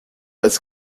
als